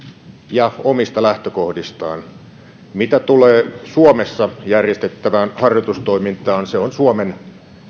ja omista lähtökohdistaan mitä tulee suomessa järjestettävään harjoitustoimintaan se on suomen